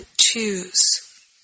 choose